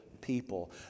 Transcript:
people